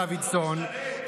דוידסון,